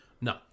No